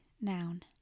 noun